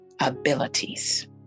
abilities